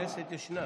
כנסת ישנה.